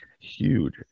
huge